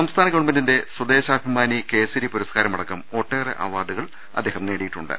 സംസ്ഥാന ഗവൺമെന്റിന്റെ സ്വദേശാഭിമാനി കേസരി പുരസ്കാ രമടക്കം ഒട്ടേറെ അവാർഡുകൾ അദ്ദേഹം നേടിയിട്ടുണ്ട്